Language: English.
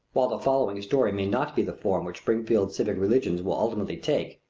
while the following story may not be the form which springfield civic religion will ultimately take,